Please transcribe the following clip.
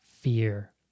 fear